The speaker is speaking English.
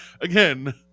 Again